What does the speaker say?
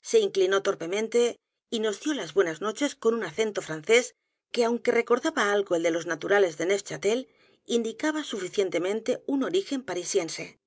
se inclinó torpemente y nos dio las buenas noches con un acento francés que aunque recordaba algo el de los naturales de neufchátel indicaba suficientemente un origen parisiense